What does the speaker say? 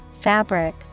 fabric